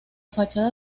fachada